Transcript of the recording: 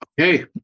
Okay